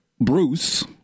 Bruce